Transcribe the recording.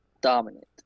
dominant